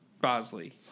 Bosley